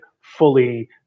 fully